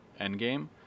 Endgame